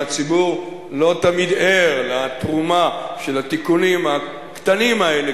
והציבור לא תמיד ער לתרומה של התיקונים הקטנים האלה,